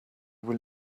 will